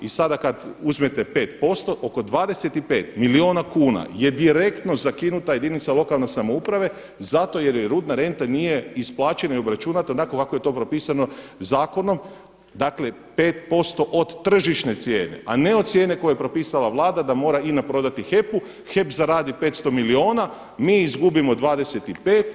I sada kada uzmete 5% oko 25 milijuna kuna je direktno zakinuta jedinica lokalne samouprave zato jer joj rudna renta nije isplaćena i obračunata onako kako je to propisano zakonom, dakle 5% od tržišne cijene a ne od cijene koju je propisala Vlada da mora INA prodati HEP-u, HEP zaradi 500 milijuna, mi izgubimo 25.